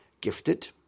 Gifted